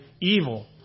evil